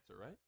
right